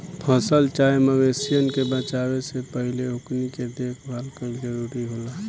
फसल चाहे मवेशियन के बेचाये से पहिले ओकनी के देखभाल कईल जरूरी होला